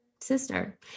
sister